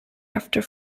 after